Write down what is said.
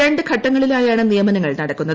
രണ്ടു ഘട്ടങ്ങളിലായാണ് നിയമനങ്ങൾ നടക്കുന്നത്